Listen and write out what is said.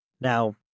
Now